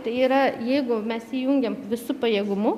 tai yra jeigu mes įjungiam visu pajėgumu